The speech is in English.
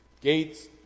Gates